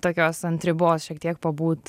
tokios ant ribos šiek tiek pabūt